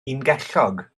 ungellog